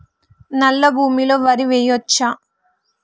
నల్లా భూమి లో వరి వేయచ్చా?